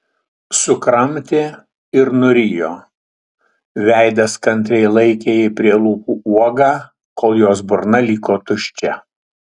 sukramtė ir nurijo veidas kantriai laikė jai prie lūpų uogą kol jos burna liko tuščia